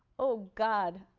oh, god.